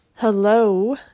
Hello